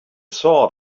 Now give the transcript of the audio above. sword